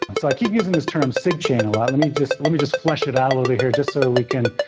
and so i keep using this term cig chain a lot. let me just let me just flesh it out a little bit here, just so we can,